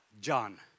John